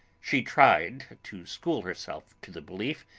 she tried to school herself to the belief,